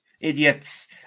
Idiots